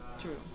true